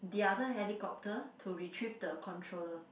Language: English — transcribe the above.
the other helicopter to retrieve the controller